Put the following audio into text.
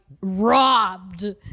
robbed